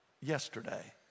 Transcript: yesterday